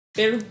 pero